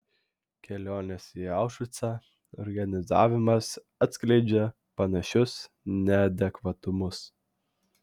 kelionės į aušvicą organizavimas atskleidžia panašius neadekvatumus